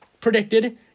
predicted